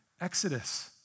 exodus